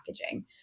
packaging